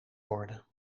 worden